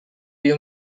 you